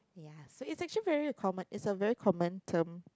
ya so it's actually very common it's a common term